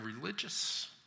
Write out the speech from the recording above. religious